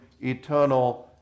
eternal